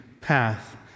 path